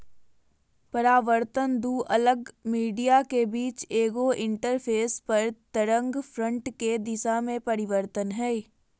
परावर्तन दू अलग मीडिया के बीच एगो इंटरफेस पर तरंगफ्रंट के दिशा में परिवर्तन हइ